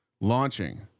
launching